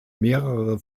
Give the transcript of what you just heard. mehrere